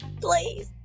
Please